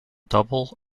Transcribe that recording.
double